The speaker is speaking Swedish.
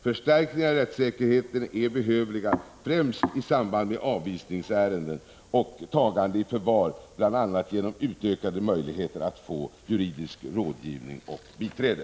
Förstärkning av rättssäkerheten är behövlig, främst i samband med avvisningsärenden och tagande i förvar, bl.a. genom utökade möjligheter att få juridisk rådgivning och biträde.